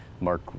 mark